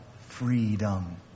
freedom